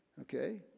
Okay